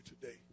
today